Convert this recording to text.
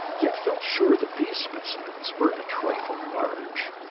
yet felt sure that these specimens were a trifle large.